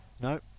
No